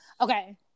Okay